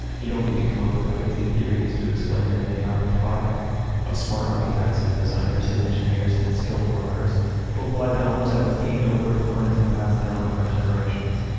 you don't need to come up with crazy theories to explain them. they are the product of smart architects and designers and engineers and skilled workers who applied knowledge that was gained over time and passed down over generations.